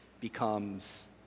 becomes